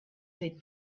they